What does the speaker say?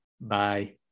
Bye